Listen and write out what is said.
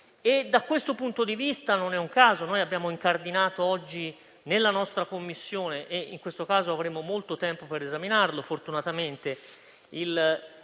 Da questo punto di vista, non è un caso che abbiamo incardinato oggi nella nostra Commissione - in questo caso avremo molto tempo per esaminarlo, fortunatamente -